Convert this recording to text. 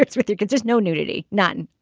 with your kids just no nudity none